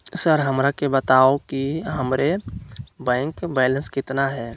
Sir हमरा के बताओ कि हमारे बैंक बैलेंस कितना है?